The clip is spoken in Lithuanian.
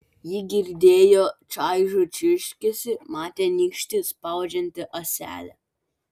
ji girdėjo čaižų čirškesį matė nykštį spaudžiantį ąselę